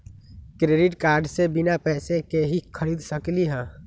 Credit card से बिना पैसे के ही खरीद सकली ह?